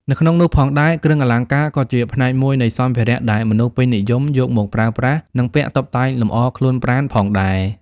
នៅក្នុងនោះផងដែរគ្រឿងអលង្ការក៏ជាផ្នែកមួយនៃសម្ភារៈដែរមនុស្សពេញនិយមយកមកប្រើប្រាស់និងពាក់តុបតែងលំអរខ្លួនប្រាណផងដែរ។